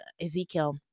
Ezekiel